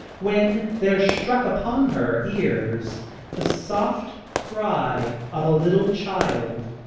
when there struck upon her ears the soft cry of a little child.